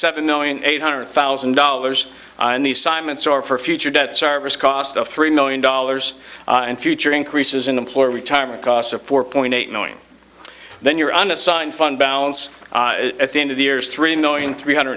seven knowing eight hundred thousand dollars in the simon store for future debt service cost of three million dollars and future increases in employee retirement costs of four point eight knowing then your unassigned fund balance at the end of the years three million three hundred